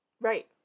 Right